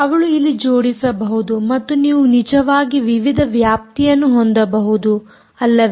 ಅವಳು ಇಲ್ಲಿ ಜೋಡಿಸಬಹುದು ಮತ್ತು ನೀವು ನಿಜವಾಗಿ ವಿವಿಧ ವ್ಯಾಪ್ತಿಯನ್ನು ಹೊಂದಬಹುದು ಅಲ್ಲವೇ